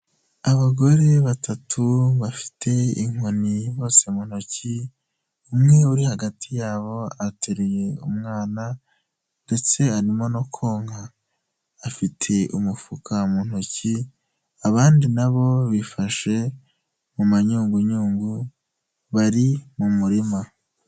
Abagore batatu bafite inkoni bose mu ntoki, umwe uri hagati yabo atereye umwana ndetse arimo no konka. Afite umufuka mu ntoki, abandi na bo bifashe mumayungunyugu, bari mu murima.